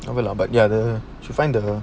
not bad lah but their the is fine also